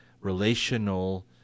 relational